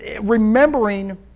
remembering